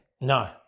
No